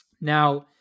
now